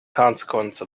consequence